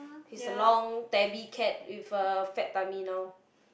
he's a long tabby cat with a fat tummy now